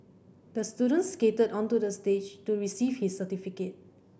the student skated onto the stage to receive his certificate